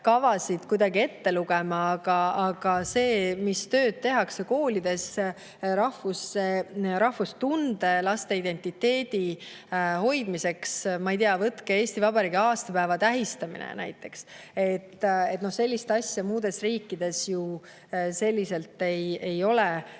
õppekavasid kuidagi ette lugema, aga see, mida tehakse koolides rahvustunde, laste identiteedi hoidmiseks – ma ei tea, võtke Eesti Vabariigi aastapäeva tähistamine näiteks –, sellist asja muudes riikides selliselt ju ei ole.